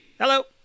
Hello